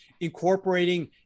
incorporating